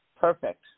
Perfect